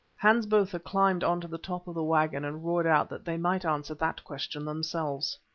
hans botha climbed on to the top of a waggon and roared out that they might answer that question themselves.